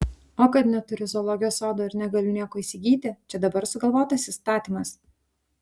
o kad neturiu zoologijos sodo ir negaliu nieko įsigyti čia dabar sugalvotas įstatymas